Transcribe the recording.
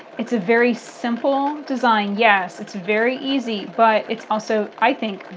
it's a very simple design, yes, it's very easy but it's also, i think,